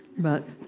but